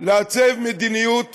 לעצב מדיניות